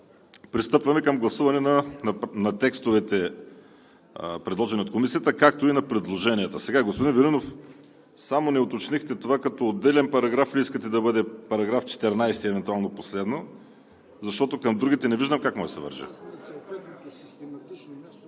Пристъпваме към гласуване на текстовете, предложени от Комисията, както и на предложенията. Господин Велинов, само не уточнихте това като отделен параграф ли искате да бъде евентуално последно –§ 14, защото към другите не виждам как може да се върже.